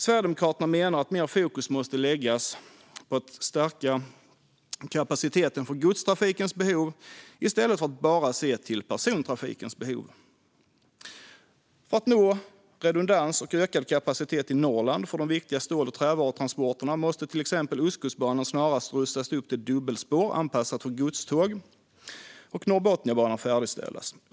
Sverigedemokraterna menar att mer fokus måste läggas på att stärka kapaciteten för godstrafikens behov i stället för att bara se till persontrafikens behov. För att nå redundans och ökad kapacitet i Norrland för de viktiga stål och trävarutransporterna måste till exempel Ostkustbanan snarast rustas upp till dubbelspår anpassat för godståg och Norrbotniabanan färdigställas.